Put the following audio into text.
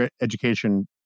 education